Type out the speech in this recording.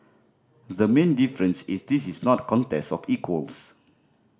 the main difference is this is not a contest of equals